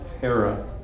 Hera